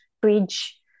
bridge